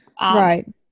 Right